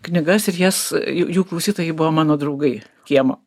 knygas ir jas jų jų klausytojai buvo mano draugai kiemo